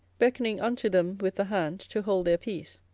beckoning unto them with the hand to hold their peace,